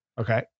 Okay